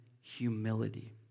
humility